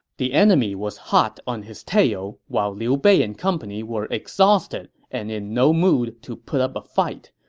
the enemy was hot on his tail, while liu bei and company were exhausted and in no mood to put up a fight.